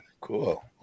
cool